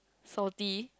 salty